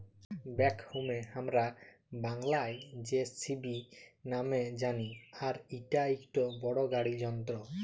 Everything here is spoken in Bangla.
ব্যাকহোকে হামরা বাংলায় যেসিবি নামে জানি আর ইটা একটো বড় গাড়ি যন্ত্র